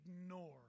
ignore